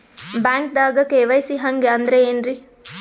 ಬ್ಯಾಂಕ್ದಾಗ ಕೆ.ವೈ.ಸಿ ಹಂಗ್ ಅಂದ್ರೆ ಏನ್ರೀ?